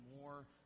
more